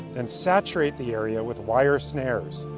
and saturate the area with wire snares.